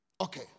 Okay